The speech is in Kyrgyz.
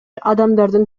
адамдардын